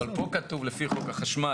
אבל פה כתוב לפי חוק החשמל,